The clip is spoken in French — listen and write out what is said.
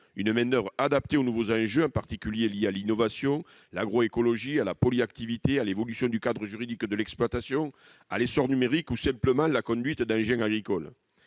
d'une main-d'oeuvre adaptée aux nouveaux enjeux, en particulier ceux qui sont liés à l'innovation, à l'agroécologie, à la polyactivité, à l'évolution du cadre juridique de l'exploitation, à l'essor numérique ou simplement à la conduite d'engins agricoles.